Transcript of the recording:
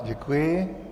Děkuji.